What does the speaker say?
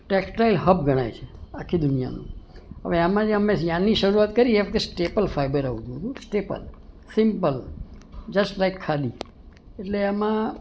textile hub ગણાય છે આખી દુનિયાનું હવે આમાં જે અમે યાનની શરૂઆત કરીએ એ વખતે સ્ટેપલ ફાઈબર આવતું હતું સ્ટેપલ સિમ્પલ જસ્ટ લાઇક ખાલી એટલે એમાં